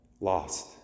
lost